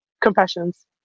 Confessions